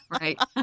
Right